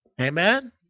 Amen